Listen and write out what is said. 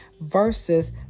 versus